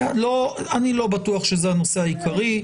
אני לא בטוח שזה הנושא העיקרי.